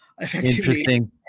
Interesting